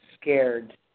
scared